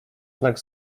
znak